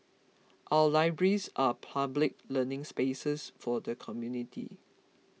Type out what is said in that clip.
our libraries are public learning spaces for the community